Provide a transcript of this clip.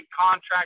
contract